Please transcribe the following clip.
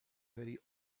very